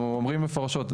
אנחנו אומרים מפורשות,